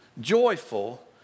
joyful